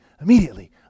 Immediately